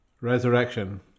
Resurrection